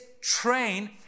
train